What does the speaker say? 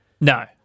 No